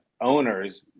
owners